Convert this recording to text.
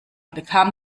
bekam